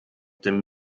dem